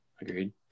Agreed